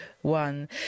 One